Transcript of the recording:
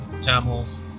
Tamils